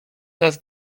nas